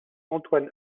antoine